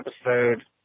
episode